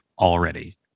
already